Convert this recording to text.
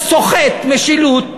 סוחט משילות,